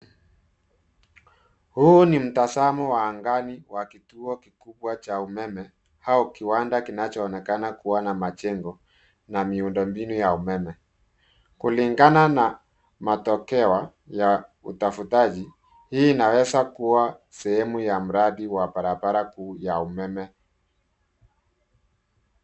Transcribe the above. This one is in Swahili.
Huu ni mtazamo wa angani wa kituo kikubwa cha umeme au kiwanda kinachoonekana kuwa na majengo na miundombinu ya umeme. Kulingana na matokewa ya utafutaji, hii inaweza kuwa sehemu ya mradi wa barabara kuu ya umeme.